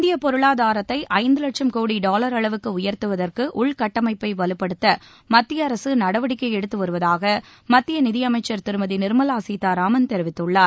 இந்திய பொருளாதாரத்தை ஐந்து லட்சம் கோடி டாவர் அளவுக்கு உயர்த்துவதற்கு உள்கட்டமைப்பை வலுப்படுத்த மத்திய அரசு நடவடிக்கை எடுத்துவருவதாக மத்திய நிதியமைச்சர் திருமதி நிா்மவா சீதாராமன் தெரிவித்துள்ளார்